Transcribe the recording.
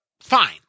Fine